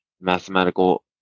mathematical